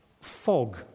fog